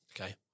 Okay